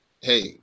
Hey